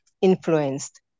influenced